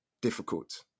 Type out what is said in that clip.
difficult